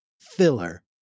filler